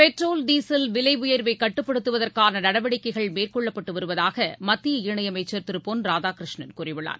petrol விலையர்வைக் diesel கட்டுப்படுத்துவதற்கானநடவடிக்கைகள் மேற்கொள்ளப்பட்டுவருவதாகஎன்றுமத்திய இணையமைச்சர் திருபொன் ராதாகிருஷ்ணன் கூறியுள்ளார்